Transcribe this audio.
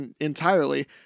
entirely